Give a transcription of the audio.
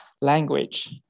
language